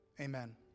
Amen